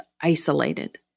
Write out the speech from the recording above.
isolated